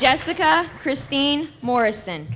jessica kristine morrison